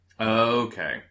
Okay